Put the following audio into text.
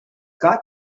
got